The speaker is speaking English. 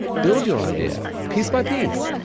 build your idea, piece by piece,